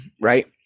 right